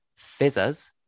fizzers